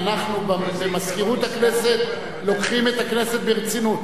אנחנו במזכירות הכנסת לוקחים את הכנסת ברצינות.